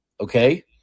okay